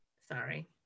Sorry